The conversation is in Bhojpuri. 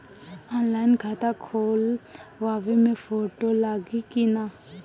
ऑनलाइन खाता खोलबाबे मे फोटो लागि कि ना?